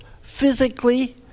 physically